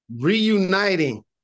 Reuniting